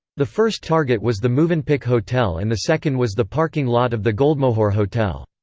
the first target was the movenpick hotel and the second was the parking lot of the goldmohur hotel.